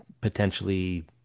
potentially